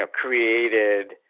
created